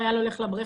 חייל הולך לבריכה,